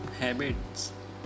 habits